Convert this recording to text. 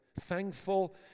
thankful